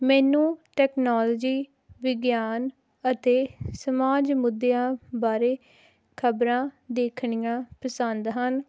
ਮੈਨੂੰ ਟੈਕਨੋਲੋਜੀ ਵਿਗਿਆਨ ਅਤੇ ਸਮਾਜ ਮੁੱਦਿਆਂ ਬਾਰੇ ਖ਼ਬਰਾਂ ਦੇਖਣੀਆਂ ਪਸੰਦ ਹਨ